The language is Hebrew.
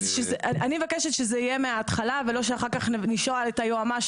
אז אני מבקשת שזה יהיה מההתחלה ולא שאחר כך נשמע את היועמ"ש,